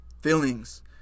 feelings